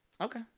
Okay